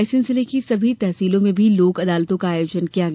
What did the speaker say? रायसेन जिले की सभी तहसीलों में भी लोक अदालतों का आयोजन किया गया